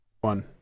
One